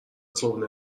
صبحونه